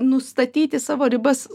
nustatyti savo ribas